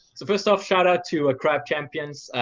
so first off, shout out to crab champions,